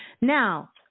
Now